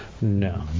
No